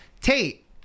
Tate